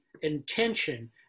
intention